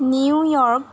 New York